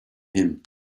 him